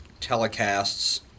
telecasts